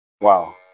Wow